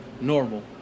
normal